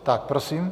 Tak prosím...